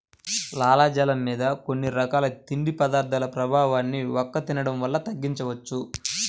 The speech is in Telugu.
లాలాజలం మీద కొన్ని రకాల తిండి పదార్థాల ప్రభావాన్ని వక్క తినడం వల్ల తగ్గించవచ్చు